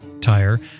tire